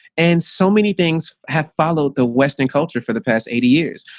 and so many things have followed the western culture for the past eighty years.